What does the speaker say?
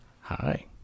hi